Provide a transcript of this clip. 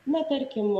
na tarkim